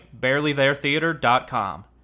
BarelyThereTheater.com